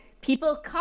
people